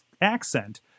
accent